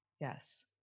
Yes